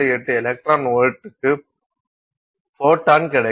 8 electron வோல்ட்டுக்கு photon கிடைக்கும்